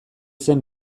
zen